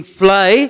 fly